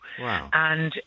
Wow